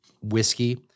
whiskey